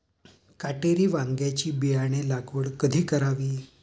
काटेरी वांग्याची बियाणे लागवड कधी करावी?